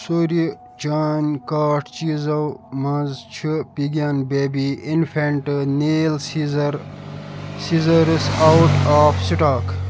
سٲری چانہِ کارٹ چیٖزو منٛز چھِ Pigeon baby infant nail scissor scissors out of stock